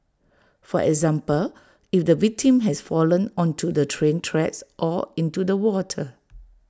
for example if the victim has fallen onto the train tracks or into the water